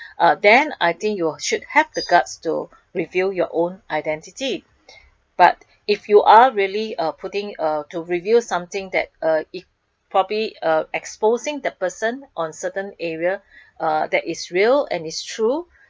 uh then I think you should have the guts to reveal your own identity but if you are really putting it uh to review something that uh it probably uh exposing the person on certain area uh that is real and it's true